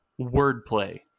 wordplay